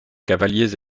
cavaliers